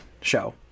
show